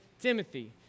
Timothy